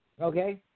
Okay